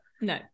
no